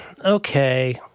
Okay